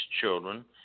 children